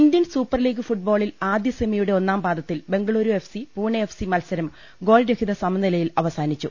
Indian super league ഫുട്ബോളിൽ ആദ്യ സെമിയുടെ ഒന്നാം പാദത്തിൽ ബംഗളൂരു എഫ്സി പൂണെ എഫ്സി മത്സരം ഗോൾ രഹിത സമനിലയിൽ അവസാനിച്ചു